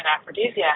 aphrodisiac